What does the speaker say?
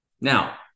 Now